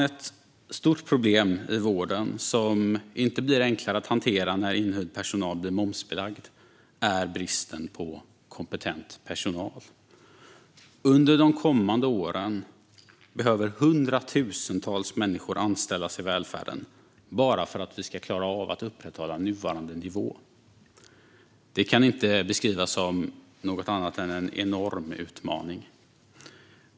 Ett stort problem i vården, som inte blir enklare att hantera när inhyrd personal blir momsbelagd, är bristen på kompetent personal. Under de kommande åren behöver hundratusentals människor anställas i välfärden bara för att vi ska klara att upprätthålla nuvarande nivå. Det kan inte beskrivas som något annat än en enorm utmaning.